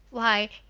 why,